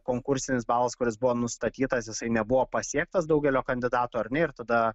konkursinis balas kuris buvo nustatytas jisai nebuvo pasiektas daugelio kandidatų ar ne ir tada